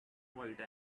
white